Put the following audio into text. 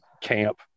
camp